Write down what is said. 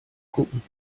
gucken